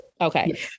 Okay